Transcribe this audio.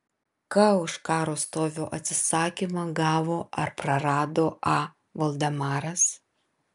ką už karo stovio atsisakymą gavo ar prarado a voldemaras